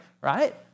right